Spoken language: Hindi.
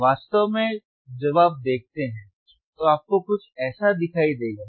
वास्तव में जब आप देखते हैं तो आपको कुछ ऐसा दिखाई देगा